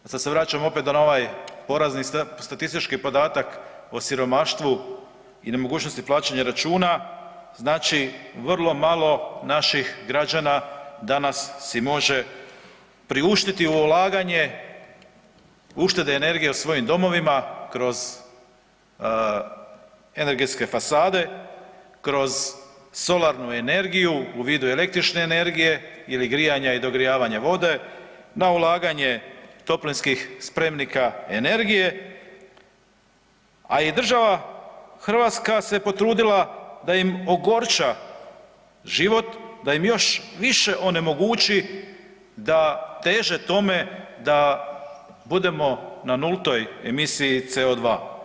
Sad se vraćam opet na ovaj porazni statistički podatak o siromaštvu i nemogućnosti plaćanja računa, znači vrlo malo naših građana danas si može priuštiti u ulaganje uštede energije u svojim domovima kroz energetske fasade, kroz solarnu energiju u vidu električne energije ili grijanja i dogrijavanja vode, na ulaganje toplinskih spremnika energije, a i država Hrvatska se potrudila da im ogorča život da im još više onemogući da teže tome da budemo na nultoj emisiji CO2.